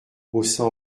haussant